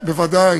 בוודאי.